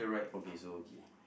okay so okay